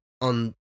on